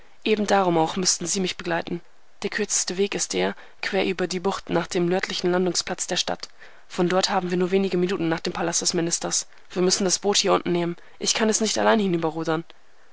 eben darum auch müssen sie mich begleiten der kürzeste weg ist der quer über die bucht nach dem nördlichen landungsplatz der stadt von dort haben wir nur wenige minuten nach dem palast des ministers wir müssen das boot hier unten nehmen und ich kann es nicht allein